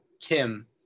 Kim